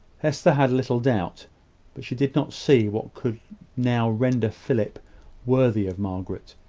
hester had little doubt but she did not see what could now render philip worthy of margaret.